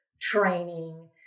training